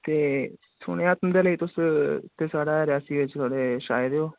ते सुनेआ तुंदे लेई तुस ते सारा रियासी रयुसी बड़ा छाए दे ओ